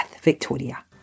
victoria